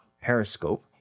periscope